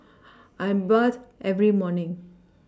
I bathe every morning